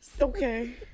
Okay